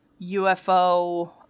UFO